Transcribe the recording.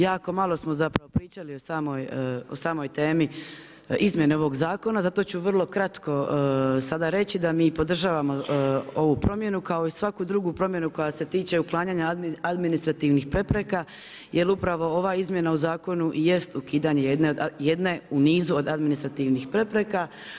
Jako malo smo pričali o samoj temi izmjene ovog zakona zato ću vrlo kratko sada reći da mi podržavamo ovu promjenu kao i svaku drugu promjenu koja se tiče uklanjanja administrativnih prepreka jer upravo ova izmjena u zakonu jest ukidanje jedne u nizu od administrativnih prepreka.